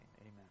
Amen